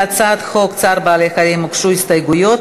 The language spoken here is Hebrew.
להצעת החוק הוגשו הסתייגויות.